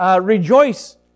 Rejoice